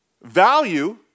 value